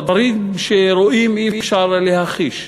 דברים שרואים אי-אפשר להכחיש.